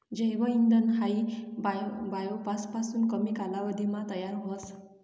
जैव इंधन हायी बायोमास पासून कमी कालावधीमा तयार व्हस